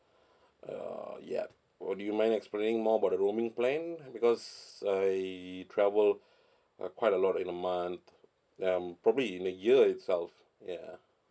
uh yup oh do you mind explaining more about the roaming plan because I travel uh quite a lot in a month um probably in a year itself ya